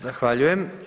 Zahvaljujem.